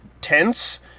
tense